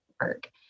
work